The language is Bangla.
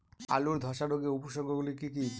আলুর ধ্বসা রোগের উপসর্গগুলি কি কি?